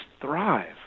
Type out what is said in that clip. thrive